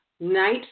Night